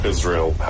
Israel